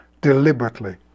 deliberately